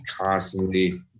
constantly